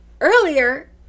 earlier